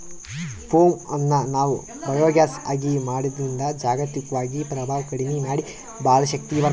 ಪೋಮ್ ಅನ್ನ್ ನಾವ್ ಬಯೋಗ್ಯಾಸ್ ಆಗಿ ಮಾಡದ್ರಿನ್ದ್ ಜಾಗತಿಕ್ವಾಗಿ ಪ್ರಭಾವ್ ಕಡಿಮಿ ಮಾಡಿ ಭಾಳ್ ಶಕ್ತಿ ಬರ್ತ್ತದ